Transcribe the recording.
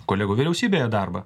kolegų vyriausybėje darbą